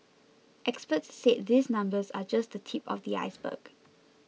experts said these numbers are just the tip of the iceberg